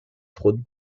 fraude